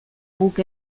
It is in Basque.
guk